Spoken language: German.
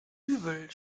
übel